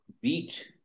beat